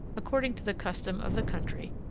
according to the custom of the country,